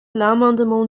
l’amendement